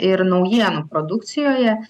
ir naujienų produkcijoje